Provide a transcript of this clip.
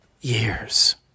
years